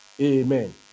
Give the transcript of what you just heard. Amen